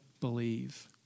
believe